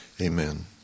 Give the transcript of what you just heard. amen